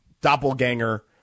doppelganger